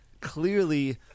clearly